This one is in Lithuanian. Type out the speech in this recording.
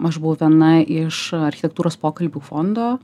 aš buvau viena iš architektūros pokalbių fondo